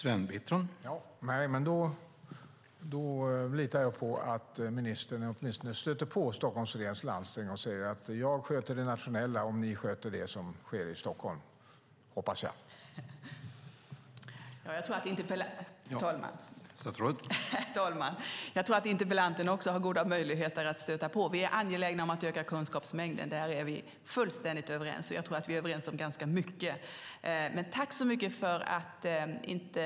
Herr talman! Jag litar på att ministern åtminstone stöter på Stockholms läns landsting och säger: Jag sköter det nationella om ni sköter det som sker i Stockholm. Det hoppas jag.